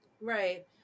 Right